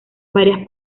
varias